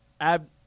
Ab